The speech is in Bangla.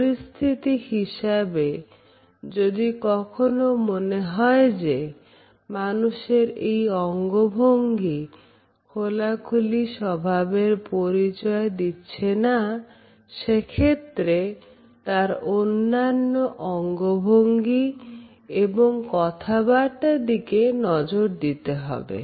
পরিস্থিতি হিসেবে যদি কখনো মনে হয় যে মানুষের এই অঙ্গভঙ্গি খোলাখুলি স্বভাবের পরিচয় দিচ্ছে না সেক্ষেত্রে তার অন্যান্য অঙ্গ ভঙ্গি এবং কথাবার্তা দিকে নজর দিতে হবে